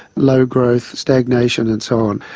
low growth, stagnation, and so on.